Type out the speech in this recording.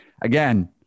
again